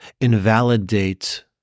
invalidate